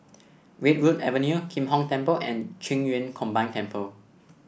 Redwood Avenue Kim Hong Temple and Qing Yun Combined Temple